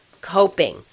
coping